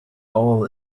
all